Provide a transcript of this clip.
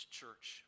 church